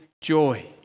joy